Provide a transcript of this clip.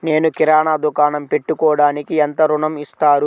నేను కిరాణా దుకాణం పెట్టుకోడానికి ఎంత ఋణం ఇస్తారు?